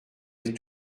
êtes